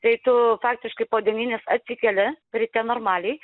tai tu faktiškai po devynis atsikeli ryte normaliai